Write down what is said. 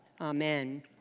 Amen